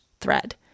thread